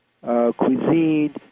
cuisine